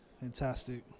Fantastic